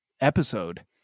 episode